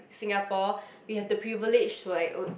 Singapore we have the privilege to like own